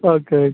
okay